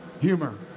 humor